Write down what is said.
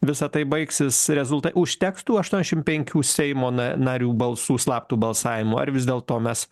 visa tai baigsis rezulta užteks tų aštuoniasdešim penkių seimo na narių balsų slaptu balsavimu ar vis dėlto mes